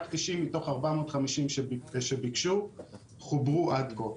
רק 90 מתוך 450 שביקשו חוברו עד כה.